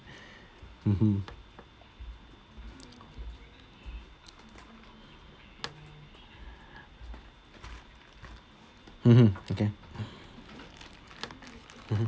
mmhmm mmhmm okay mm